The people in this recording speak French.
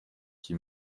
qui